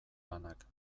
lanak